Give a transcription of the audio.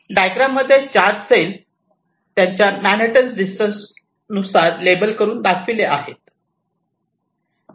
diagram मध्ये 4 grade cell त्यांच्या Manhattan distance नुसार लेबल करून दाखविले आहेत